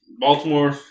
Baltimore